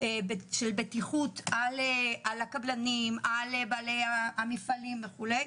של בטיחות על הקבלנים על בעלי המפעלים וכו',